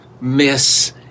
miss